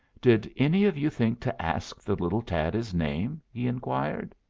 did any of you think to ask the little tad his name? he inquired.